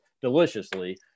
deliciously